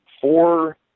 four